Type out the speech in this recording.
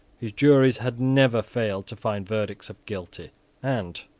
his juries had never failed to find verdicts of guilty and,